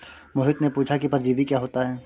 मोहित ने पूछा कि परजीवी क्या होता है?